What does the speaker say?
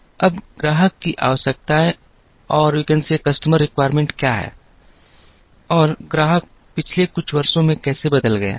अब ग्राहक की आवश्यकताएं क्या हैं और ग्राहक पिछले कुछ वर्षों में कैसे बदल गया है